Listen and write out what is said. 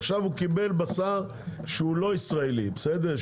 עכשיו הוא קיבל בשר שהוא לא ישראלי, בסדר?